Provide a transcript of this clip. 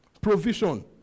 provision